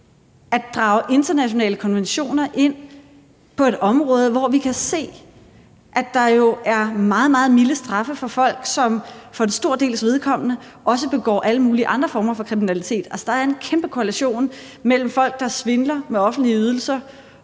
at drage internationale konventioner ind på et område, hvor vi kan se, at der jo er meget, meget milde straffe for folk, som for en stor dels vedkommende også begår alle mulige andre former for kriminalitet? Altså, der er en kæmpe korrelation mellem folk, der svindler med offentlige ydelser,